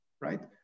right